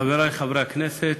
חברי חברי הכנסת,